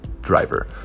driver